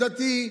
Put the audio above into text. האם הוא דתי,